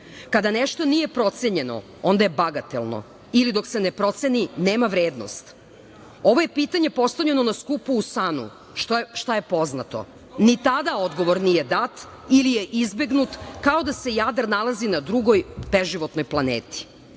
čega. Kada nešto nije procenjeno, onda je bagatelno ili dok se ne proceni nema vrednost. Ovo pitanje je postavljeno na skupu u SANU. Šta je poznato? Ni tada odgovor nije dat ili je izbegnut, kao da se Jadar nalazi na drugoj beživotnoj planeti.